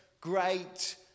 great